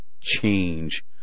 change